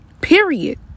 period